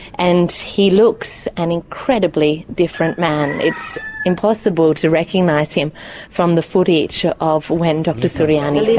and he looks an incredibly different man it's impossible to recognize him from the footage of when dr suryani